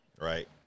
Right